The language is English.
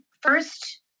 first